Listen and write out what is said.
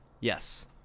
Yes